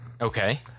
Okay